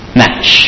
match